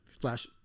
flash